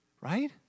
right